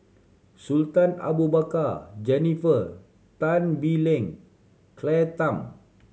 Sultan Abu Bakar Jennifer Tan Bee Leng Claire Tham